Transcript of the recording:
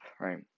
right